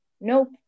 Nope